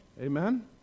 Amen